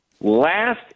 last